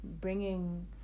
bringing